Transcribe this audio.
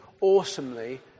awesomely